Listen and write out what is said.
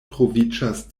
troviĝas